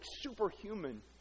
superhuman